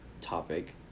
topic